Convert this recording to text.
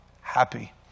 happy